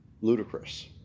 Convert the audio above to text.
ludicrous